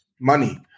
money